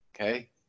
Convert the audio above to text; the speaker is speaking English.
okay